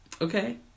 Okay